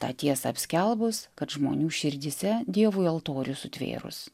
tą tiesą apskelbus kad žmonių širdyse dievui altorių sutvėrus